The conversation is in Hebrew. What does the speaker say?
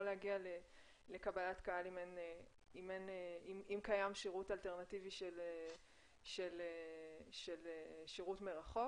לא להגיע לקבלת קהל אם קיים שירות אלטרנטיבי של שירות מרחוק.